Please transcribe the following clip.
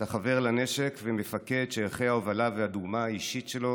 אתה חבר לנשק ומפקד שערכי ההובלה והדוגמה האישית שלו